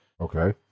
Okay